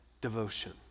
devotion